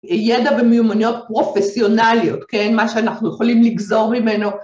ידע במיומנויות פרופסיונליות, כן, מה שאנחנו יכולים לגזור ממנו.